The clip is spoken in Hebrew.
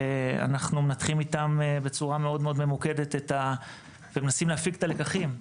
אנחנו מנתחים איתם בצורה מאוד ממוקדת ומנסים להפיק את הלקחים,